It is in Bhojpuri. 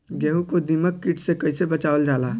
गेहूँ को दिमक किट से कइसे बचावल जाला?